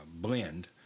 blend